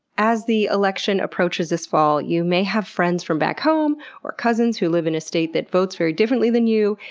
as the election approaches this fall you may have friends from back home, or cousins who live in a state that votes very differently than you,